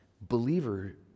Believer